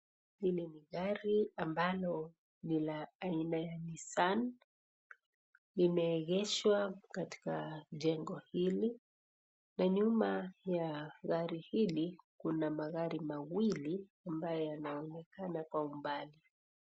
Hili ni gari ambalo ni la aina ya (cs)Nissan(cs),limeegeshwa katika jengo hili na nyuma ya gari hili kuna magari mawili ambayo yanaonekana kwa umbali.